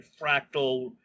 fractal